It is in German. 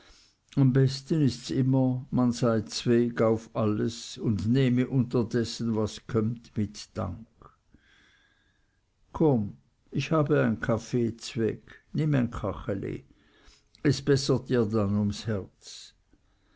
am besten ists immer man sei zweg auf alles und nehme unterdessen was kömmt mit dank komm ich habe ein kaffee zweg nimm ein kacheli es bessert dir dann ums herz